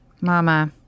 Mama